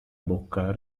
bocca